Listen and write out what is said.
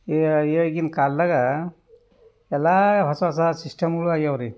ಈಗ ಈವಾಗಿನ ಕಾಲದಾಗ ಎಲ್ಲ ಹೊಸ ಹೊಸ ಸಿಸ್ಟಮ್ಗಳು ಆಗ್ಯಾವ್ರಿ